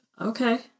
Okay